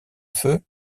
feu